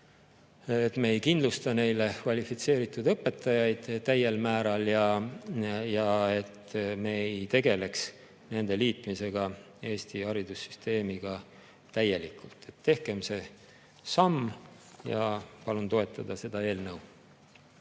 me ei kindlusta neile kvalifitseeritud õpetajaid täiel määral ja me ei liida neid täielikult Eesti haridussüsteemiga. Tehkem see samm ja palun toetada seda eelnõu.